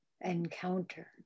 encounter